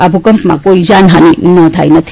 આ ભૂકંપમાં કોઈ જાનહાની નોંધાઈ નથી